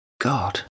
God